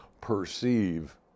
perceive